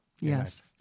Yes